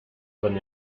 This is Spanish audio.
con